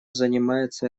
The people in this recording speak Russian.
занимается